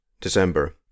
December